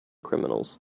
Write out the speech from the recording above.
criminals